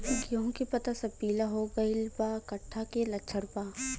गेहूं के पता सब पीला हो गइल बा कट्ठा के लक्षण बा?